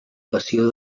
passió